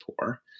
poor